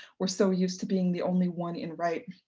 we're so used to being the only one and right.